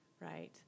right